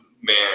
man